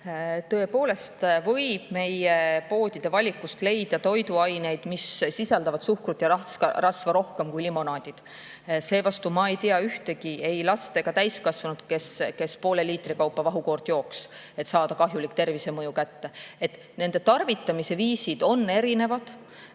Tõepoolest võib meie poodide valikust leida toiduaineid, mis sisaldavad suhkrut ja rasva rohkem kui limonaad. Seevastu ei tea ma ühtegi last ega täiskasvanut, kes poole liitri kaupa vahukoort jooks, et saada kahjulik tervisemõju kätte. Nende tarvitamise viisid on erinevad.